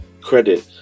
credit